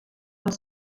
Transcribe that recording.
els